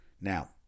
Now